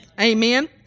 Amen